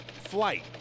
flight